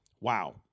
Wow